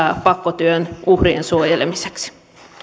pakkotyön uhrien suojelemiseksi